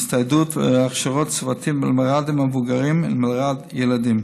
הצטיידות והכשרות צוותים במלר"ד המבוגרים ומלר"ד ילדים,